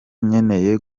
nkeneye